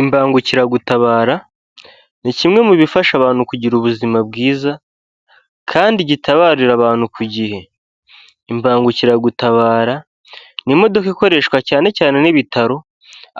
Imbangukiragutabara ni kimwe mu bifasha abantu kugira ubuzima bwiza, kandi gitabarira abantu ku gihe. Imbangukiragutabara ni imodoka ikoreshwa cyane cyane n'ibitaro,